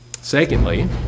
Secondly